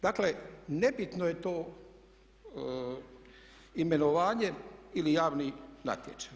Dakle, nebitno je to imenovanje ili javni natječaj.